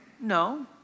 No